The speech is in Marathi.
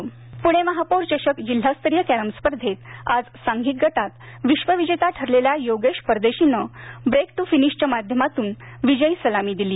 महापौर चषक पुणे महापौर चषक जिल्हास्तरीय कॅरम स्पर्धेत आज सांघिक गटात विश्वविजेता ठरलेल्या योगेश परदेशीनं ब्रेक टु फिनिशच्या माध्यमातून विजयी सलामी दिली